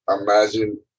imagine